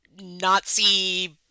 Nazi